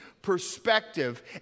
perspective